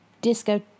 disco